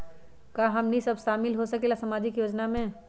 का हमनी साब शामिल होसकीला सामाजिक योजना मे?